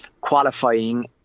qualifying